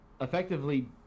effectively